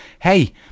hey